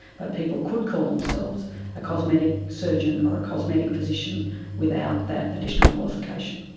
but people could call themselves a cosmetic surgeon or a cosmetic physician without that additional qualification.